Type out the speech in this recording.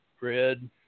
red